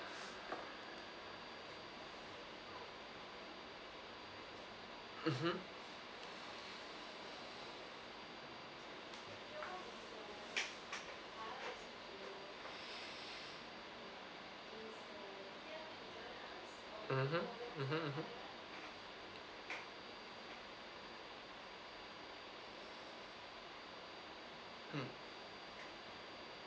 mmhmm mmhmm mmhmm mmhmm mm